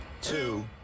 two